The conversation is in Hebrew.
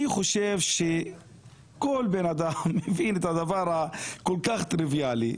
אני חושב שכל בן אדם מבין את הדבר הכול כך טריוויאלי,